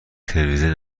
تلویزیون